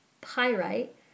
pyrite